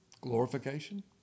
glorification